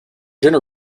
dinner